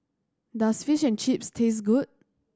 does Fish and Chips taste good